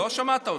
לא שמעת אותי.